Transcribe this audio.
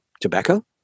tobacco